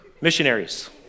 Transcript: missionaries